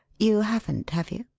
you haven't, have you?